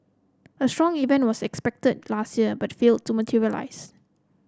a strong event was expected last year but failed to materialise